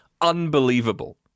unbelievable